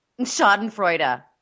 Schadenfreude